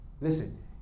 Listen